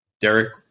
Derek